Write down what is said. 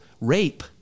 rape